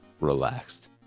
relaxed